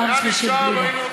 פעם שלישית גלידה.